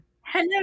Hello